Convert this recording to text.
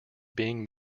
being